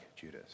Judas